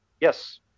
Yes